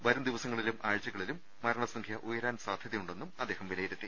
വരും ദിവസങ്ങളിലും ആഴ്ചകളിലും ്മരണസംഖ്യ ഉയ രാൻ സാധ്യതയുണ്ടെന്നും അദ്ദേഹം വിലയിരുത്തി